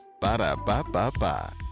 Ba-da-ba-ba-ba